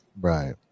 Right